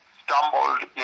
stumbled